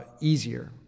easier